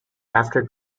after